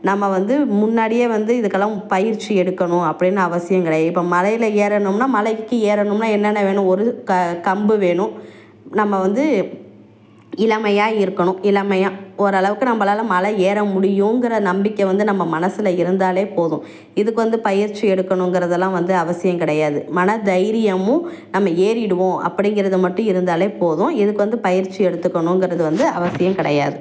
நம்ம வந்து முன்னாடியே வந்து இதுக்கெல்லாம் பயிற்சி எடுக்கணும் அப்படின்னு அவசியம் கிடையாது இப்போ மலையில் ஏறணும்னால் மலைக்கு ஏறணும்னால் என்னென்ன வேணும் ஒரு க கம்பு வேணும் நம்ம வந்து இளமையாக இருக்கணும் இளமையாக ஓரளவுக்கு நம்மளால மலை ஏற முடியுங்கிற நம்பிக்கை வந்து நம்ம மனசில் இருந்தாலே போதும் இதுக்கு வந்து பயிற்சி எடுக்கணுங்கிறதெல்லாம் வந்து அவசியம் கிடையாது மன தைரியமும் நம்ம ஏறிடுவோம் அப்படிங்கறதை மட்டும் இருந்தாலே போதும் இதுக்கு வந்து பயிற்சி எடுத்துக்கணுங்கிறது வந்து அவசியம் கிடையாது